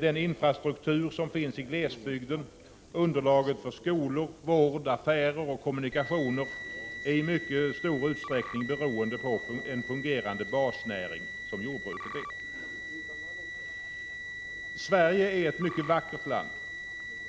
Den infrastruktur som finns i glesbygden, underlaget för skolor, vård, affärer och kommunikationer, är i mycket stor utsträckning beroende på en fungerande basnäring som jordbruket. Sverige är ett mycket vackert land,